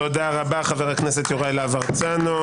תודה רבה, חבר הכנסת יוראי להב הרצנו.